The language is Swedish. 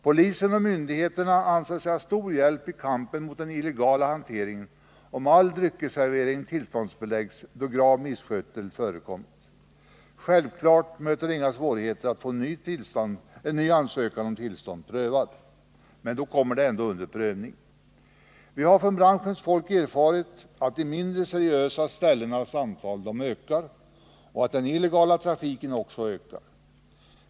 Polisen och myndigheterna anser sig ha stor hjälp i kampen mot den illegala hanteringen om all dryckesservering tillståndsbeläggs då grav misskötsel förekommit. Självfallet möter det inga svårigheter att få en ny ansökan om tillstånd prövad, men då kommer det hela ändå under prövning. Vi har från branschens folk erfarit att de mindre seriösa ställenas antal ökar och att den illegala trafiken också ökar.